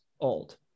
old